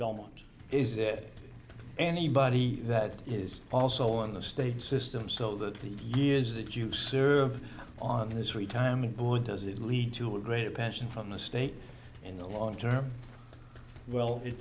belmont is it anybody that is also on the state system so that the years that you serve on this retirement boy does it lead to a great pension from the state in the long term well it